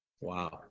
Wow